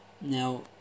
Now